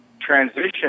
transition